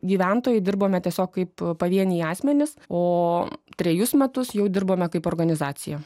gyventojai dirbome tiesiog kaip pavieniai asmenys o trejus metus jau dirbame kaip organizacija